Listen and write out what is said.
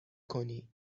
کنی